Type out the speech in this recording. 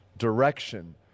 direction